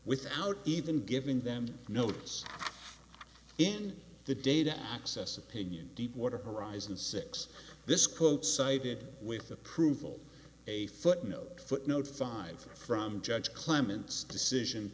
without even giving them notice in the data access opinion deepwater horizon six this quote cited with approval a footnote footnote five from judge clement's decision